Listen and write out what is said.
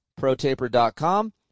Protaper.com